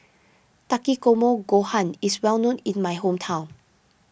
Takikomi Gohan is well known in my hometown